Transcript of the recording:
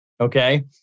Okay